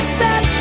set